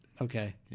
Okay